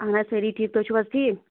اَہَن حظ سٲری ٹھیٖک تُہۍ چھِو حظ ٹھیٖک